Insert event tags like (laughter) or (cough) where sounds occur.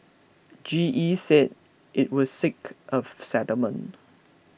G E said it would seek a (hesitation) settlement